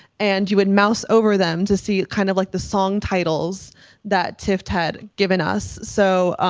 and you would mouse over them to see kind of like the song titles that tiff had given us. so,